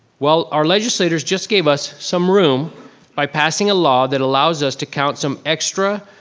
well, our legislators just gave us some room by passing a law that allows us to count some extra,